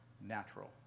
natural